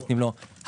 נותנים לו הכשרות,